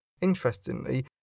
Interestingly